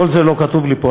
כל זה לא כתוב לי פה,